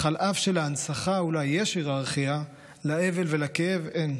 אך אף שבהנצחה אולי יש היררכיה, לאבל ולכאב אין.